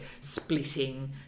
splitting